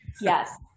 Yes